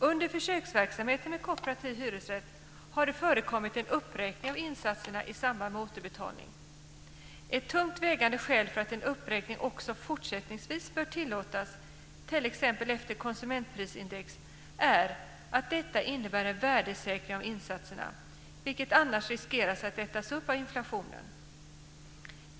Under försöksverksamheten med kooperativ hyresrätt har det förekommit en uppräkning av insatserna i samband med återbetalning. Ett tungt vägande skäl för att en uppräkning också fortsättningsvis bör tillåtas, t.ex. efter konsumentprisindex, är att detta innebär en värdesäkring av insatserna, vilka annars riskerar att ätas upp av inflationen.